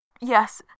Yes